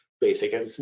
basic